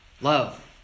Love